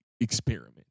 experiment